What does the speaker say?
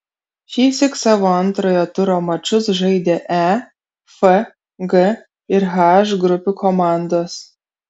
šįsyk savo antrojo turo mačus žaidė e f g ir h grupių komandos